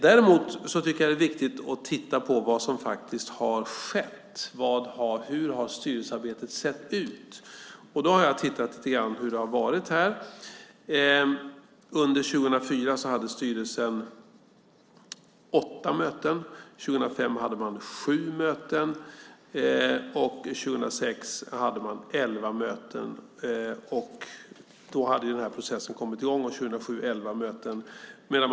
Däremot tycker jag att det är viktigt att titta på vad som faktiskt har skett. Hur har styrelsearbetet sett ut? Jag har tittat lite grann på hur det har varit. Under 2004 hade styrelsen åtta möten. Under 2005 hade man sju möten. Under 2006 hade man elva möten, och då hade denna process kommit i gång. Under 2007 hade man elva möten.